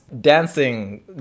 dancing